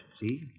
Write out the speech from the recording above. see